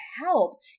help